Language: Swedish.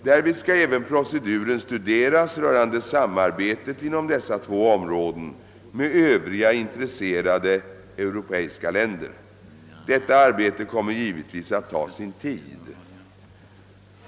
Därvid skall även proceduren studeras rörande samarbetet inom dessa två områden med övriga intresserade europeiska länder. Detta arbete kommer givetvis att ta sin tid.